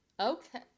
Okay